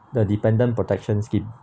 the dependent protection scheme